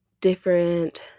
different